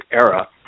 era